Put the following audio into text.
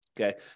Okay